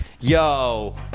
Yo